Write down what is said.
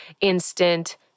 instant